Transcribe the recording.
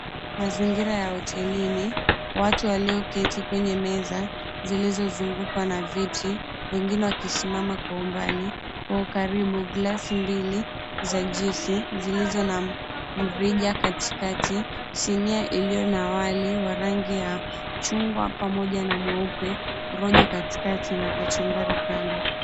Mazingira ya hotelini. Watu walioketi kwenye meza zilizozungukwa na viti, wengine wakisimama kwa umbali. Kwa ukaribu glasi mbili za juice zilizo na mrija katikati, sinia iliyo na wali wa rangi ya chungwa pamoja na mweupe, rojo katikati na kachumbari kando.